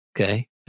okay